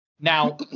Now